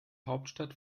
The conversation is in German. hauptstadt